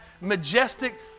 majestic